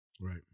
Right